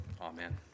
amen